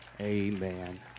Amen